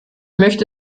möchte